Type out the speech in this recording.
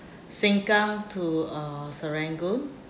Sengkang to uh Serangoon